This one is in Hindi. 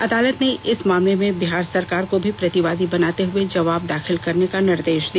अदालत ने इस मामले में बिहार सरकार को भी प्रतिवादी बनाते हुए जवाब दाखिल करने का निर्देश दिया